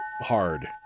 hard